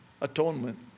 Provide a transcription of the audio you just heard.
atonement